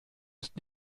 ist